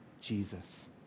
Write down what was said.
Jesus